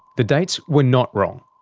the dates were not wrong.